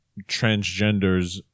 transgenders